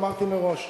אמרתי מראש,